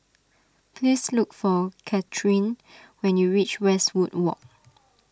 please look for Kathyrn when you reach Westwood Walk